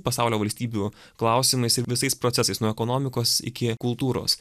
pasaulio valstybių klausimais ir visais procesais nuo ekonomikos iki kultūros